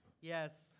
Yes